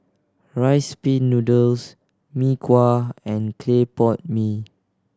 Rice Pin Noodles Mee Kuah and clay pot mee